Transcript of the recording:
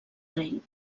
rei